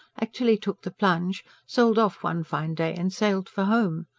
actually took the plunge sold off one fine day and sailed for home.